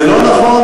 זה לא נכון?